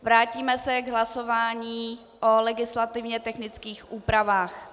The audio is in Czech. Vrátíme se k hlasování o legislativně technických úpravách.